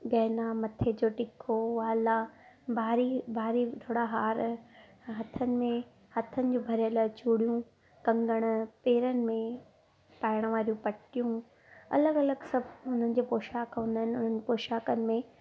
गहना मथे जो टिको वाला भारी भारी थोरा हार हथ में हथनि में भरियल चुड़ियूं कंगण पेर में पाइण वारियूं पटियूं अलॻि अलॻि सभु उन्हनि जी पोशाक हूंदा इनि उन्हनि जी पोशाकनि में